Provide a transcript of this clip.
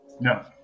no